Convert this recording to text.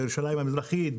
בירושלים המזרחית,